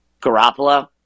Garoppolo